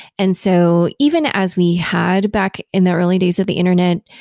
and so even as we had back in the early days of the internet,